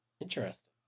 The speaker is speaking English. Interesting